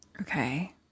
Okay